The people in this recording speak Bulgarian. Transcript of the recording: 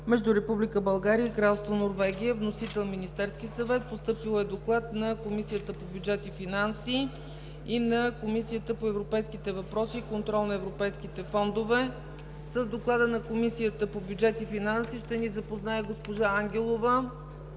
МЕЖДУ РЕПУБЛИКА БЪЛГАРИЯ И КРАЛСТВО НОРВЕГИЯ. Вносител е Министерският съвет. Постъпил е доклад на Комисията по бюджет и финанси и на Комисията по европейските въпроси и контрол на европейските фондове. С доклада на Комисията по бюджет и финанси ще ни запознае госпожа Ангелова.